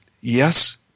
yes